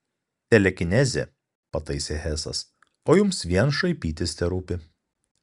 telekinezė pataisė hesas o jums vien šaipytis terūpi